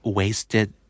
wasted